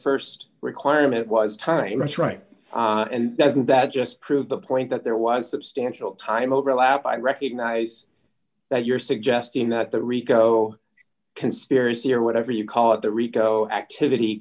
st requirement was time it's right and doesn't that just prove the point that there was substantial time overlap i recognize that you're suggesting that the rico conspiracy or whatever you call it the rico activity